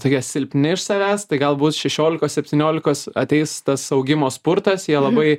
tokie silpni iš savęs tai galbūt šešiolikos septyniolikos ateis tas augimo spurtas jie labai